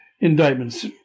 indictments